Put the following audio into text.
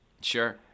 Sure